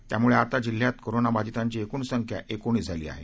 त्यामुळे आता जिल्ह्यात कोरोनाबधितांची एकूण संख्या एकोणीस झाली आहे